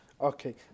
Okay